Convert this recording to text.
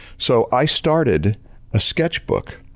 so, i started a sketchbook,